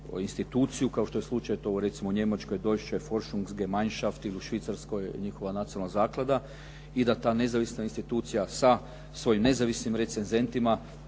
institucije, kao što je slučaj to recimo u Njemačkoj Deutsche Forschungsgemeinschaft ili u Švicarskoj njihova nacionalna zaklada i da ta nezavisna institucija sa svojim nezavisnim recenzentima